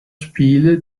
spiele